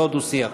לא דו-שיח.